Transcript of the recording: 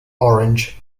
orange